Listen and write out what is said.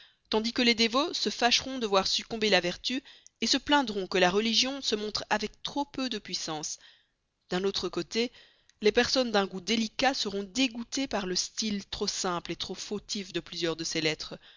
tandis que les dévots se fâcheront de voir succomber la vertu se plaindront que la religion se montre avec trop peu de puissance d'un autre côté les personnes d'un goût délicat seront dégoûtées par le style trop simple et trop fautif de plusieurs de ces lettres